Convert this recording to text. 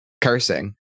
Cursing